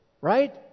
Right